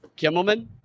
Kimmelman